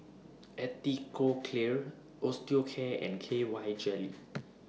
Atopiclair Osteocare and K Y Jelly